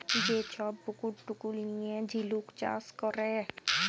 যে ছব পুকুর টুকুর লিঁয়ে ঝিলুক চাষ ক্যরে